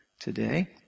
today